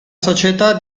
società